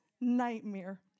nightmare